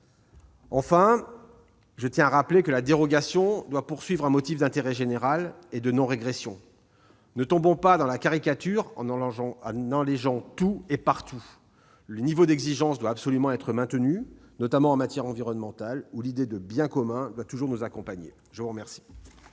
Enfin, je tiens à rappeler que la dérogation doit poursuivre un motif d'intérêt général et de non-régression. Ne tombons pas dans la caricature en allégeant tout et partout. Le niveau d'exigence doit absolument être maintenu, notamment en matière environnementale, où l'idée de bien commun doit toujours nous accompagner. La parole